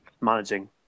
managing